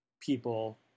people